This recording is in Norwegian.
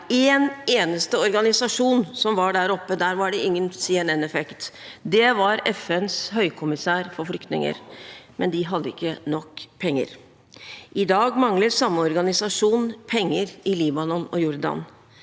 én eneste organisasjon som var der oppe – der var det ingen CNN-effekt. Det var FNs høykommissær for flyktninger, men de hadde ikke nok penger. I dag mangler samme organisasjon penger i Libanon og Jordan.